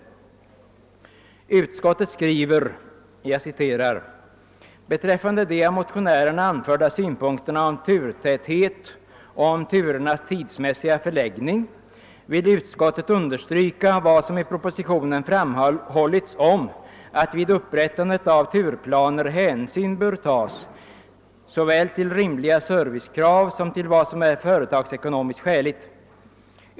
Utskottet anför: »Beträffande de av motionärerna anförda synpunkterna om turtäthet och om turernas tidsmässiga förläggning vill utskottet understryka vad som i propositionen framhållits om att vid upprättande av turplaner hänsyn bör tas såväl till rimliga servicekrav som till vad som är företagsekonomiskt skäligt.